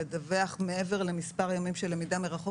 לדווח מעבר למספר ימים של למידה מרחוק